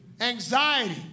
Anxiety